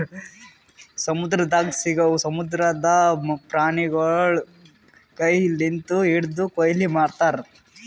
ಸಮುದ್ರದಾಗ್ ಸಿಗವು ಸಮುದ್ರದ ಪ್ರಾಣಿಗೊಳಿಗ್ ಕೈ ಲಿಂತ್ ಹಿಡ್ದು ಕೊಯ್ಲಿ ಮಾಡ್ತಾರ್